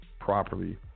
properly